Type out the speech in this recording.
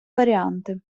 варіанти